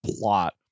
plot